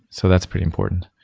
so that's pretty important.